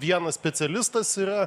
vienas specialistas yra